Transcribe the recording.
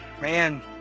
man